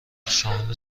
شامل